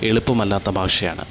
എളുപ്പമല്ലാത്ത ഭാഷയാണ്